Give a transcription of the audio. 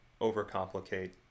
overcomplicate